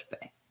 Bay